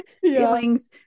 feelings